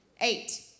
Eight